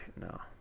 No